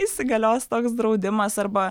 įsigalios toks draudimas arba